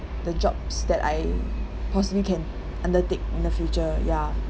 the jobs that I possibly can undertake in the future ya